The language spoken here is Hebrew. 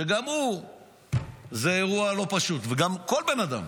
שגם אצלו זה אירוע לא פשוט, וגם כל בן אדם,